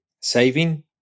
saving